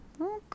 Okay